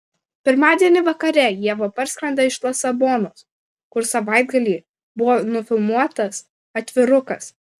pirmadienį vakare ieva parskrenda iš lisabonos kur savaitgalį buvo nufilmuotas atvirukas